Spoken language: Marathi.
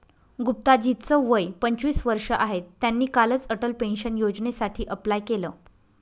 गुप्ता जी च वय पंचवीस वर्ष आहे, त्यांनी कालच अटल पेन्शन योजनेसाठी अप्लाय केलं